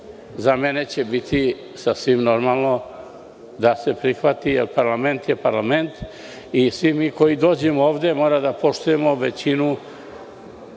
za mene će biti sasvim normalno da se prihvati, jer parlament je parlament. Svi mi koji dođemo ovde moramo da poštujemo većinu